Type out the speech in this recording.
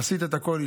עשית את הכול.